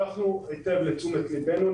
לקחנו היטב לתשומת ליבנו.